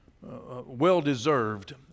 well-deserved